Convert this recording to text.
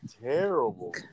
terrible